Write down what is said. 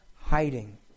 hiding